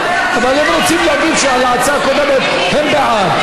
אבל הם רוצים להגיד על ההצעה הקודמת שהם בעד,